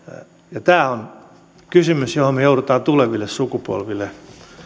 tämä on kysymys johon me joudumme tuleville sukupolville